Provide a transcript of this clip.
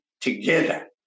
together